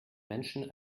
menschen